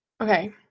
okay